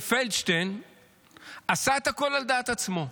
שפלדשטיין עשה את הכול על דעת עצמו.